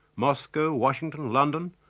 moscow, washington, london,